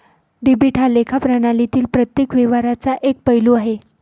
debit हा लेखा प्रणालीतील प्रत्येक व्यवहाराचा एक पैलू आहे